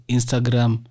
Instagram